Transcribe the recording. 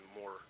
more